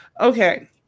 okay